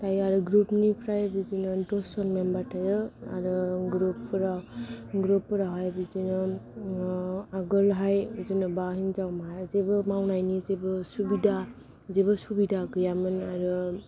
दायो आरो ग्रुप निफ्राय बिदिनो दस जन मेमबार थायो आरो ग्रुप फोरावहाय बिदिनो आगोल हाय जेनेबा हिनजाव माहारिबो मावनायनि जेबो सुबिदा गैयामोन आरो